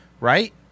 right